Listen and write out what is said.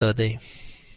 دادهایم